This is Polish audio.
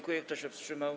Kto się wstrzymał?